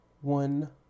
one